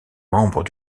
membre